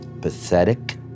pathetic